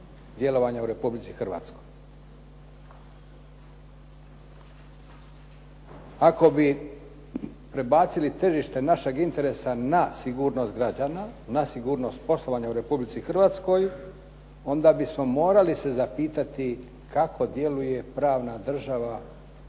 djelovanja u Republici Hrvatskoj. Ako bi prebacili tržište našeg interesa na sigurnost građana, na sigurnost poslovanja u Republici Hrvatskoj, onda bi se morali zapitati kako djeluje pravna država Hrvatska?